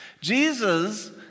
Jesus